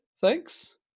thanks